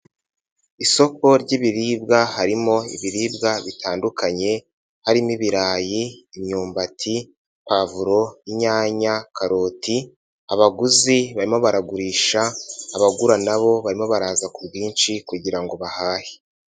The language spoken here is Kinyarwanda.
Isoko ry'ibiribwa harimo ibiribwa bitandukanye, harimo ibirayi, imyumbati, pavuro, inyanya, karoti, abaguzi barimo baragurisha, abagura nabo barimo baraza ku bwinshi kugira ngo bahahe.